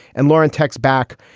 and lauren, text back.